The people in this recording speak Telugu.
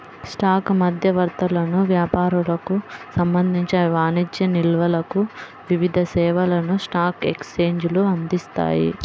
స్టాక్ మధ్యవర్తులకు, వ్యాపారులకు సంబంధించిన వాణిజ్య నిల్వలకు వివిధ సేవలను స్టాక్ ఎక్స్చేంజ్లు అందిస్తాయి